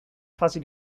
fase